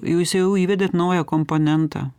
jūs jau įvedėt naują komponentą